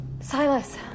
Silas